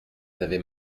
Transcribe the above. avaient